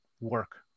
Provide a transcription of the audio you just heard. work